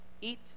eat